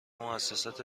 موسسات